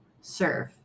serve